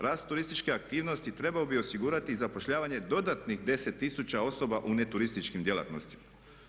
Rast turističke aktivnosti trebao bi osigurati zapošljavanje dodatnih 10 tisuća osoba u ne turističkim djelatnostima.